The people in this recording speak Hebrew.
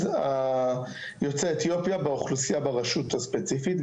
יוצאי אתיופיה באוכלוסיה ברשות הספציפית,